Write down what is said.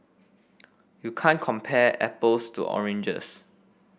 you can't compare apples to oranges